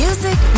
Music